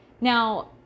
Now